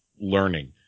learning